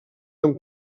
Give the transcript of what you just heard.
amb